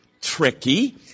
tricky